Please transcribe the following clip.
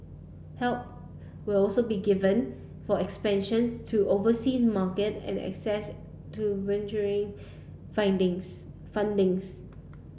help will also be given for expansion to overseas market and access to venture